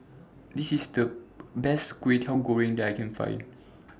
This IS The Best Kway Teow Goreng that I Can Find